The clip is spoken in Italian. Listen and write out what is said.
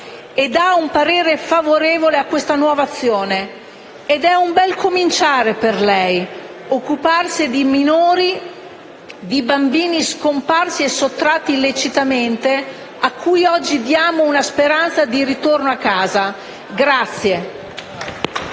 e dà un parere favorevole a questa nuova azione. È un ben cominciare per lei occuparsi di minori, di bambini scomparsi e sottratti illecitamente, bambini ai quali oggi diamo una speranza di ritorno a casa.